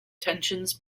tensions